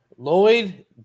Lloyd